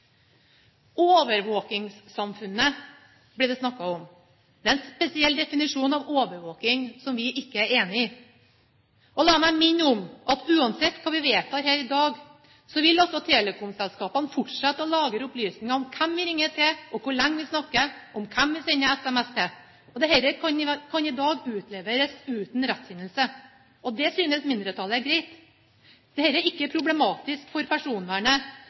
Overvåkingssamfunnet ble det snakket om. Det er en spesiell definisjon av «overvåking» som vi ikke er enig i. La meg minne om at uansett hva vi vedtar her i dag, vil telekomselskapene fortsette å lagre opplysninger om hvem vi ringer til, hvor lenge vi snakker, og om hvem vi sender SMS til. Og dette kan i dag utleveres uten rettskjennelse. Det synes mindretallet er greit – dette er ikke problematisk for personvernet